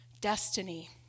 destiny